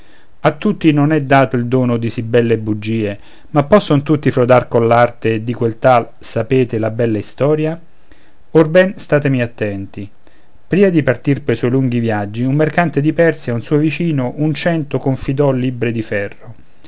a tutti non è dato il dono di sì belle bugie ma posson tutti frodar coll'arte di quel tal sapete la bella istoria orben statemi attenti pria di partir pe suoi lunghi viaggi un mercante di persia a un suo vicino un cento confidò libbre di ferro